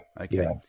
Okay